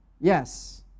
Yes